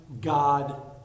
God